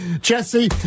Jesse